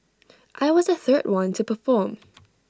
I was the third one to perform